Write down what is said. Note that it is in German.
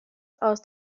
aus